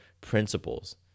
principles